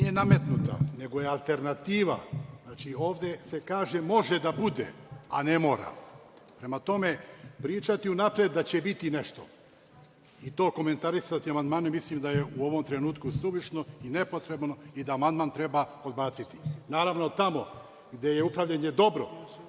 nije nametnuta, nego je alternativa. Znači, ovde se kaže može da bude, a ne mora. Prema tome, pričati unapred da će biti nešto i to komentarisati u amandmanu, mislim da je u ovom trenutku suvišno i nepotrebno i da amandman treba odbaciti. Naravno, tamo gde je upravljanje dobro,